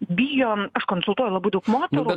bijo aš konsultuoju labai daug moterų